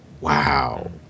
Wow